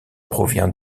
provient